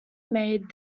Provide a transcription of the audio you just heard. made